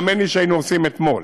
האמן לי שהיינו עושים אתמול.